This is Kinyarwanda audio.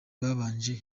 babanje